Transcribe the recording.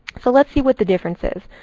so let's see what the difference is.